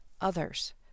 others